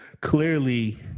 Clearly